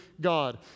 God